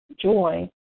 joy